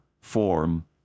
form